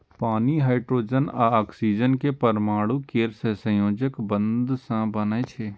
पानि हाइड्रोजन आ ऑक्सीजन के परमाणु केर सहसंयोजक बंध सं बनै छै